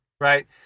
Right